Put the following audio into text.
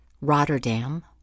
Rotterdam